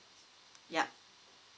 yup